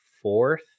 fourth